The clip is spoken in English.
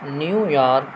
New York